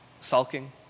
sulking